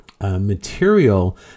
material